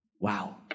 Wow